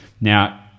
now